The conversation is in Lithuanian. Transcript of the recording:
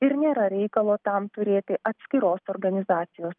ir nėra reikalo tam turėti atskiros organizacijos